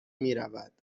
میرود